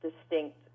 distinct